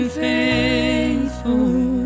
faithful